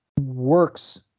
works